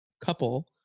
couple